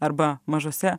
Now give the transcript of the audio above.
arba mažuose